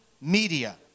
media